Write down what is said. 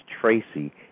Tracy